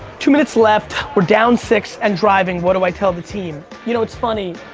two minutes left, we're down six and driving. what do i tell the team? you know it's funny.